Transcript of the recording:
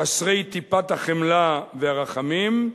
חסרי טיפת החמלה והרחמים,